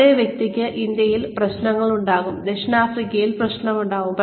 അതേ വ്യക്തിക്ക് ഇന്ത്യയിൽ പ്രശ്നമുണ്ടാകാം ദക്ഷിണാഫ്രിക്കയിൽ പ്രശ്നമുണ്ടാകാം